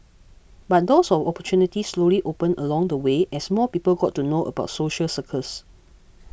but doors of opportunity slowly opened along the way as more people got to know about social circus